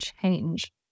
change